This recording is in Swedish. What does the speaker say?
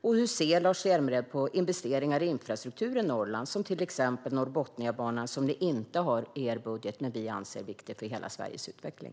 Och hur ser Lars Hjälmered på investeringar i infrastruktur i Norrland, till exempel Norrbotniabanan, som ni inte har med i er budget men som vi anser är viktig för hela Sveriges utveckling?